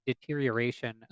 deterioration